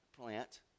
plant